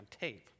tape